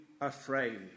afraid